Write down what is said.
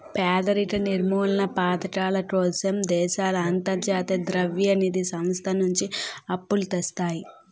పేదరిక నిర్మూలనా పధకాల కోసం దేశాలు అంతర్జాతీయ ద్రవ్య నిధి సంస్థ నుంచి అప్పులు తెస్తాయి